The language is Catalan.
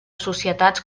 societats